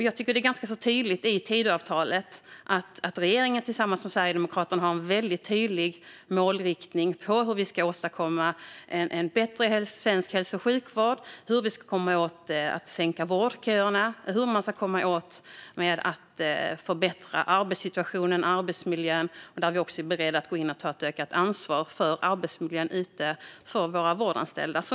Jag tycker att det är ganska tydligt i Tidöavtalet att regeringen tillsammans med Sverigedemokraterna har en väldigt tydlig målriktning för hur vi ska åstadkomma en bättre svensk hälso och sjukvård och hur vi ska korta vårdköerna och förbättra arbetssituationen. Vi är också beredda att gå in och ta ett ökat ansvar för arbetsmiljön för våra vårdanställda.